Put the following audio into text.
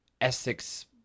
Essex